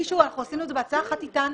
עשינו את זה בעצה אחת איתן,